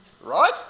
Right